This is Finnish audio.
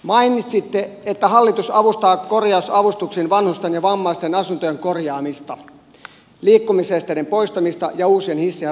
mainitsitte että hallitus avustaa korjausavustuksin vanhusten ja vammaisten asuntojen korjaamista liikkumisesteiden poistamista ja uusien hissien rakentamista